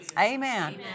Amen